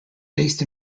based